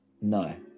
no